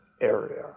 area